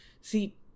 See